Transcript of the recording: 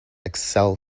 excel